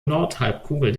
nordhalbkugel